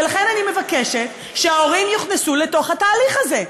ולכן אני מבקשת שההורים יוכנסו לתוך התהליך הזה.